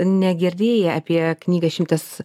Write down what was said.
negirdėjai apie knygą šimtas